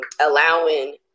allowing